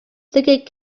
singing